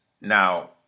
Now